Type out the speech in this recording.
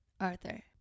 Arthur